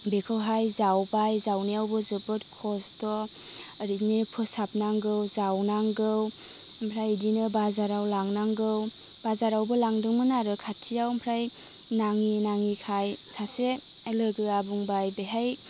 बेखौहाय जावबाय जावनायावबो जोबोद खस्थ' ओरैनि फोसाबनांगौ जावनांगौ ओमफ्राय इदिनो बाजाराव लांनांगौ बाजारावबो लांदोंमोन आरो खाथियाव आमफ्राय नाङि नाङिखाय सासे लोगोआ बुंबाय बेहाय